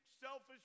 selfish